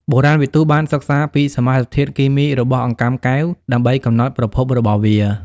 បុរាណវិទូបានសិក្សាពីសមាសធាតុគីមីរបស់អង្កាំកែវ ដើម្បីកំណត់ប្រភពរបស់វា។